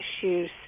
issues